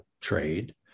trade